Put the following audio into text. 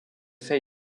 fait